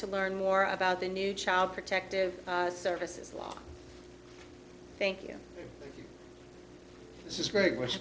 to learn more about the new child protective services law thank you very